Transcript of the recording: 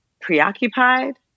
preoccupied